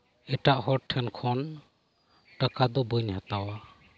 ᱮᱴᱟᱜ ᱦᱚᱲ ᱴᱷᱮᱱ ᱠᱷᱚᱱ ᱴᱟᱠᱟ ᱫᱚ ᱵᱟᱹᱧ ᱦᱟᱛᱟᱣᱟ